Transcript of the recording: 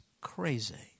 crazy